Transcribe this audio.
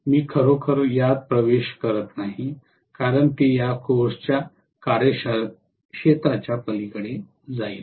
मी खरोखर यात प्रवेश करत नाही कारण ते या कोर्सच्या कार्यक्षेत्राच्या पलीकडे जाईल